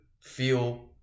feel